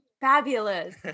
fabulous